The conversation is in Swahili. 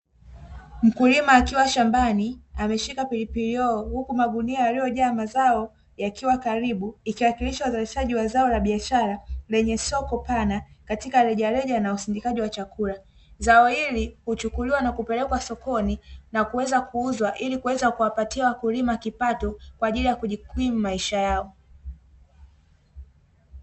Mkulima akiwa shambani ameshika pilipili hoho, huku magunia yaliyojaa mazao yakiwa karibu, ikiwakilisha uzalishaji wa zao la biashara lenye soko pana katika rejareja na usindikaji wa chakula, zao hili huchukuliwa na kupelekwa sokoni na kuweza kuuzwa ili kuweza kuwapatia wakulima kipato kwa ajili ya kujikimu maisha yao,